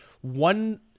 One